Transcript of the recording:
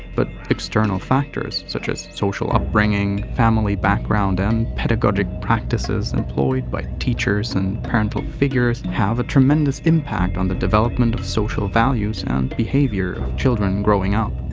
but external factors such as social upbringing, family background and pedagogic practices employed by teachers and parental figures have a tremendous impact on the development of social values and behavior of children growing up.